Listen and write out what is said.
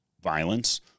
violence